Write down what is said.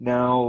Now